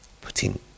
Putting